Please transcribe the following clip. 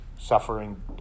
suffering